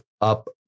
up